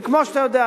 וכמו שאתה יודע,